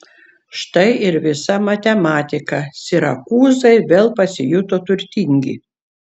štai ir visa matematika sirakūzai vėl pasijuto turtingi